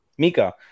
mika